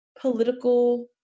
political